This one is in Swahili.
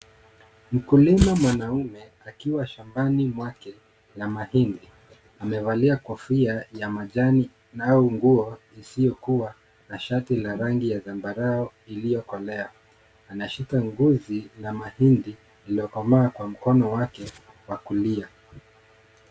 Mkulima mwanaume, akiwa shambani mwake la mahindi. Amevalia kofia ya majani nao nguo isiyokuwa na shati ya rangi ya zambarau iliyokolea. Anashika ngozi la mahindi, lililokomaa kwa mkono wake wa kulia.